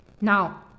now